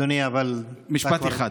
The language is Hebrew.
אדוני, אבל אתה כבר, משפט אחד.